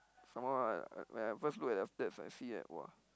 some more right when I first look at the stats I see that !wah!